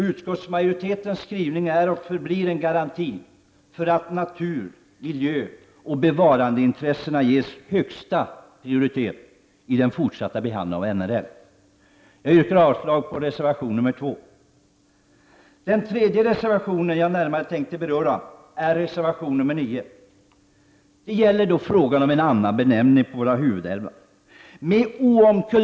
Utskottsmajoritetens skrivning är och förblir en garanti för att natur, miljö och bevarandeintressen ges högsta prioritet i den fortsatta behandlingen av NRL. Jag yrkar avslag på reservation nr 2. Den tredje reservation som jag närmare tänkt beröra är reservation nr 9. Det gäller förslaget om att ge våra huvudälvar en ny benämning.